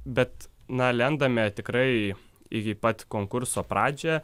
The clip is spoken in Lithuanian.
bet na lendame tikrai iki pat konkurso pradžią